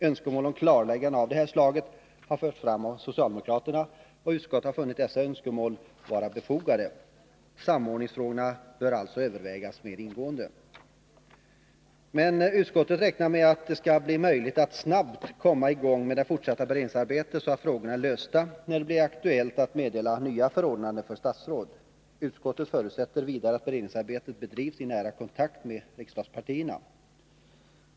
Önskemål om klarlägganden av det slaget har förts fram av socialdemokraterna, och utskottet har funnit dessa önskemål vara befogade. Samordningsfrågorna bör alltså övervägas mer ingående. Utskottet räknar med att det skall bli möjligt att snabbt komma i gång med det fortsatta beredningsarbetet så att problemen är lösta när det blir aktuellt att meddela nya förordnanden för statsråd. Utskottet förutsätter vidare att beredningsarbetet bedrivs i nära kontakt med riksdagspartierna.